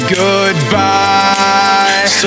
goodbye